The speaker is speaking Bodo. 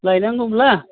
लायनांगौब्ला